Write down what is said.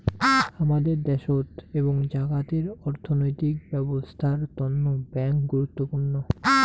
হামাদের দ্যাশোত এবং জাগাতের অর্থনৈতিক ব্যবছস্থার তন্ন ব্যাঙ্ক গুরুত্বপূর্ণ